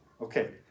Okay